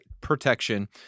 protection